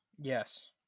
Yes